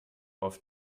auf